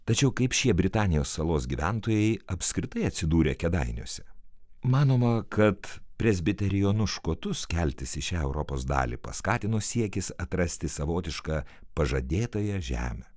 tačiau kaip šie britanijos salos gyventojai apskritai atsidūrė kėdainiuose manoma kad presbiterionus škotus keltis iš europos dalį paskatino siekis atrasti savotišką pažadėtąją žemę